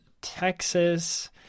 Texas